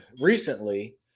recently